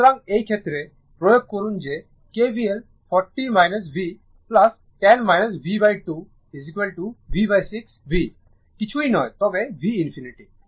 সুতরাং এই ক্ষেত্রে প্রয়োগ করুন যে KVL 40 v 10 v2 v6 v কিছুই নয় তবে v ∞